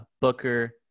Booker